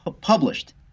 published